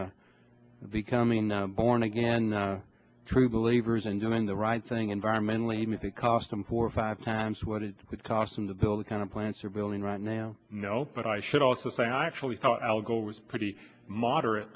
of becoming born again true believers and doing the right thing environmentally even if it costs them four or five times what it would cost them to build the kind of plants are building right now no but i should also say i actually thought al gore was pretty moderate